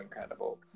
incredible